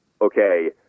okay